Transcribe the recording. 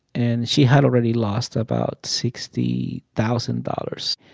and she had already lost about sixty thousand dollars.